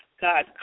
God